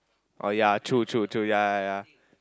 oh ya true true true ya ya ya